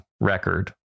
record